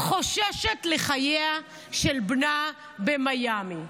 חוששת לחייו של בנה במיאמי,